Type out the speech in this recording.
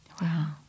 wow